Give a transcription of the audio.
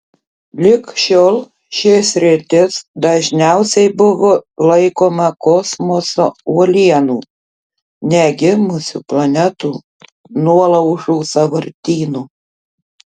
lig šiol ši sritis dažniausiai buvo laikoma kosmoso uolienų negimusių planetų nuolaužų sąvartynu